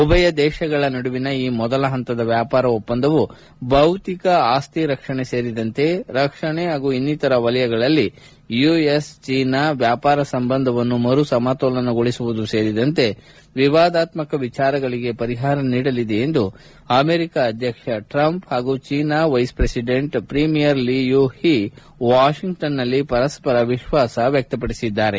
ಉಭಯ ದೇಶಗಳ ನಡುವಿನ ಈ ಮೊದಲ ಹಂತದ ವ್ಯಾಪಾರ ಒಪ್ಪಂದವು ಭೌತಿಕ ಆಸ್ತಿ ರಕ್ಷಣೆ ಸೇರಿದಂತೆ ರಕ್ಷಣೆ ಹಾಗೂ ಇನ್ನಿತರೆ ವಲಯಗಳಲ್ಲಿ ಯುಎಸ್ ಚೀನಾ ವ್ಯಾಪಾರ ಸಂಬಂಧವನ್ನು ಮರು ಸಮತೋಲನಗೊಳಿಸುವುದು ಸೇರಿದಂತೆ ವಿವಾದಾತ್ಮಕ ವಿಚಾರಗಳಿಗೆ ಪರಿಹಾರ ನೀಡಲಿದೆ ಎಂದು ಅಮೆರಿಕ ಅಧ್ಯಕ್ಷ ಟ್ರಂಪ್ ಹಾಗೂ China vice president premier Liu He ವಾಷಿಂಗ್ವನ್ನಲ್ಲಿ ಪರಸ್ಪರ ವಿಶ್ವಾಸ ವ್ಯಕ್ತಪಡಿಸಿದ್ದಾರೆ